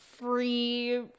free